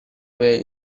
were